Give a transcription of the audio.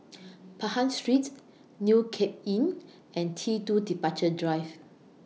Pahang Street New Cape Inn and T two Departure Drive